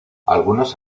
algunos